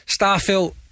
Starfield